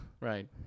Right